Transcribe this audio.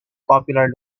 popular